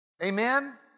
Amen